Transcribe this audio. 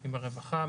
הרווחה,